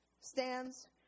stands